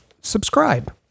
subscribe